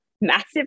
massive